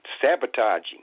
sabotaging